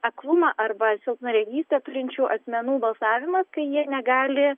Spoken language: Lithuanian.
aklumą arba silpnaregystę turinčių asmenų balsavimas kai jie negali